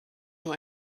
nur